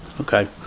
Okay